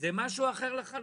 זה משהו אחר לחלוטין.